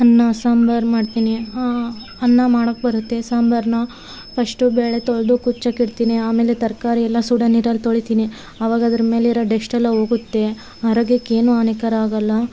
ಅನ್ನ ಸಾಂಬಾರ್ ಮಾಡ್ತಿನಿ ಅನ್ನ ಮಾಡೋಕೆ ಬರುತ್ತೆ ಸಾಂಬಾರನ್ನ ಫಸ್ಟು ಬೇಳೆ ತೊಳೆದು ಕುಚ್ಚೋಕ್ ಇಡ್ತೀನಿ ಆಮೇಲೆ ತರಕಾರಿ ಎಲ್ಲ ಸುಡೋ ನೀರಲ್ಲಿ ತೊಳಿತೀನಿ ಅವಾಗ ಅದ್ರ ಮೇಲೆ ಇರೋ ಡೆಸ್ಟ್ ಎಲ್ಲಾ ಹೋಗುತ್ತೆ ಆರೋಗ್ಯಕ್ಕೆ ಏನು ಹಾನಿಕರ ಆಗೋಲ್ಲ